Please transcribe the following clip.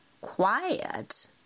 quiet